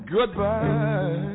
Goodbye